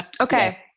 Okay